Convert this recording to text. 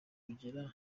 kugera